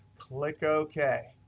like ok.